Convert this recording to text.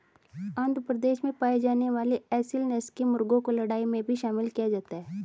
आंध्र प्रदेश में पाई जाने वाली एसील नस्ल के मुर्गों को लड़ाई में भी शामिल किया जाता है